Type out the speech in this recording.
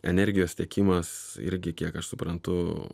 energijos tiekimas irgi kiek aš suprantu